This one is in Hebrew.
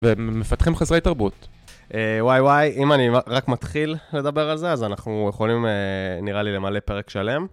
ומפתחים חסרי תרבות. וואי וואי, אם אני רק מתחיל לדבר על זה, אז אנחנו יכולים, נראה לי, למלא פרק שלם.